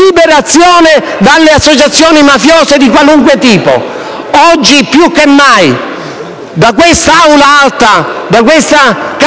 liberazione dalle associazioni mafiose di qualunque tipo. Oggi più che mai, da questa